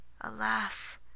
Alas